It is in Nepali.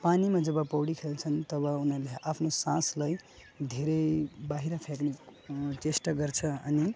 पानीमा जब पौडी खेल्छन् तब उनीहरूले आफ्नो सासलाई धेरै बाहिर फ्याँक्ने चेष्टा गर्छ अनि